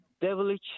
devilish